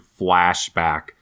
flashback